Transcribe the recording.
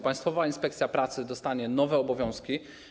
Państwowa Inspekcja Pracy dostanie nowe obowiązki.